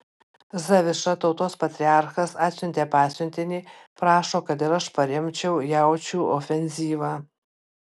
zaviša tautos patriarchas atsiuntė pasiuntinį prašo kad ir aš paremčiau jaučių ofenzyvą